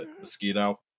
mosquito